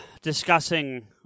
discussing